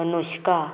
Anushka